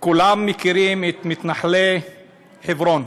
כולם מכירים את מתנחלי חברון,